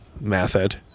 method